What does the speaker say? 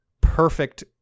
perfect